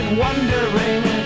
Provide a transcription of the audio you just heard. wondering